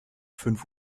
fünf